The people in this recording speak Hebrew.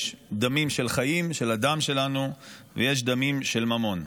יש דמים של חיים, של הדם שלנו, ויש דמים של ממון.